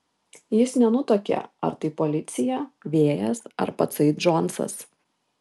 jis nenutuokė ar tai policija vėjas ar patsai džonsas